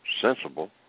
sensible